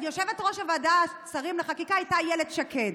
יושבת-ראש ועדת השרים לחקיקה הייתה אילת שקד,